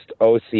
OC